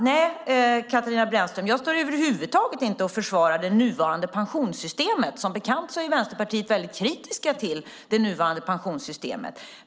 Nej, Katarina Brännström, jag försvarar inte det nuvarande pensionssystemet. Som bekant är vi i Vänsterpartiet mycket kritiska till det nuvarande pensionssystemet.